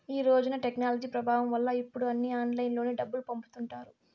ఈ రోజున టెక్నాలజీ ప్రభావం వల్ల ఇప్పుడు అన్నీ ఆన్లైన్లోనే డబ్బులు పంపుతుంటారు